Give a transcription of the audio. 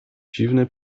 dziwny